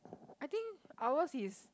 I think ours is